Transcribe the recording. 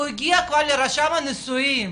הוא הגיע כבר לרשם הנישואין,